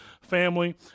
family